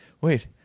Wait